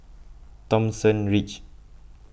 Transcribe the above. Thomson Ridge